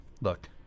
Look